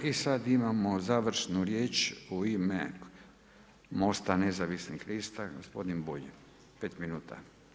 I sada imamo završnu riječ u ime MOST-a Nezavisnih lista, gospodin Bulj, 5 minuta.